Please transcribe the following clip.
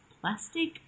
plastic